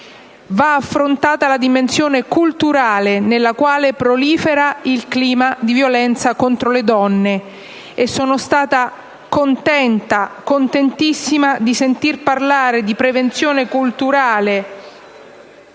va affrontata la dimensione culturale nella quale prolifera il clima di violenza contro le donne. Sono stata contenta, contentissima, di sentir parlare di prevenzione culturale